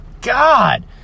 God